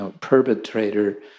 perpetrator